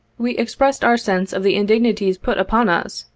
we expressed our sense of the indignities put upon us,